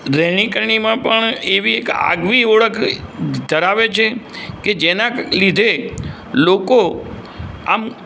રહેણી કરણીમાં પણ એવી એક આગવી ઓળખ ધરાવે છે કે જેના લીધે લોકો આમ